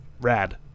rad